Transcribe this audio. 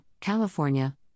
California